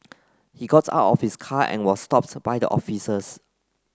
he got out of his car and was stopped by the officers